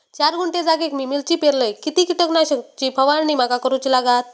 चार गुंठे जागेत मी मिरची पेरलय किती कीटक नाशक ची फवारणी माका करूची लागात?